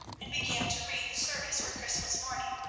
and began to read the service for christmas morning,